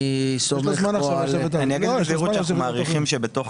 אני אגיד בזהירות שאנחנו מעריכים שבתוך